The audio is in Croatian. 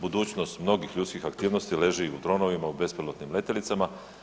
Budućnost mnogih ljudskih aktivnosti leži u dronovima, u bespilotnim letjelicama.